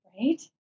Right